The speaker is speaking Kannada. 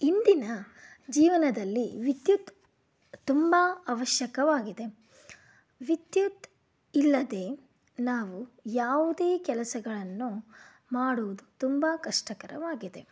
ಇಂದಿನ ಜೀವನದಲ್ಲಿ ವಿದ್ಯುತ್ ತುಂಬ ಅವಶ್ಯಕವಾಗಿದೆ ವಿದ್ಯುತ್ ಇಲ್ಲದೆ ನಾವು ಯಾವುದೇ ಕೆಲಸಗಳನ್ನು ಮಾಡುವುದು ತುಂಬ ಕಷ್ಟಕರವಾಗಿದೆ